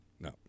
No